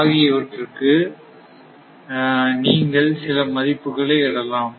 ஆக் இவற்றுக்கு நீங்கள் சில மதிப்புகளை இடலாம்